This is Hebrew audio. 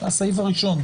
אדוני היושב-ראש,